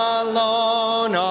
alone